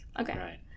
okay